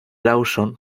lawson